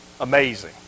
amazing